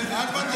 כן, אל תוותר.